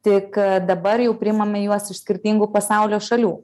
tik dabar jau priimame juos iš skirtingų pasaulio šalių